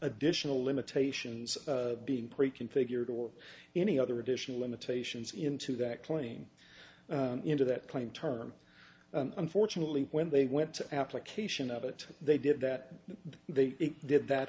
additional limitations being preconfigured or any other additional limitations into that claim into that claim term unfortunately when they went to application of it they did that they did that